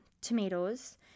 tomatoes